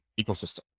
ecosystem